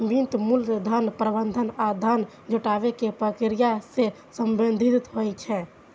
वित्त मूलतः धन प्रबंधन आ धन जुटाबै के प्रक्रिया सं संबंधित होइ छै